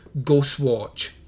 Ghostwatch